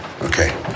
okay